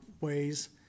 ways